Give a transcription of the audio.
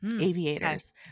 aviators